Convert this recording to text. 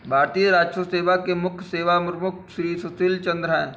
भारतीय राजस्व सेवा के मुख्य सेवा प्रमुख श्री सुशील चंद्र हैं